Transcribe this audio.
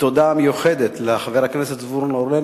תודה מיוחדת לחבר הכנסת זבולון אורלב,